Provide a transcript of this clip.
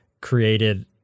created